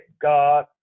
God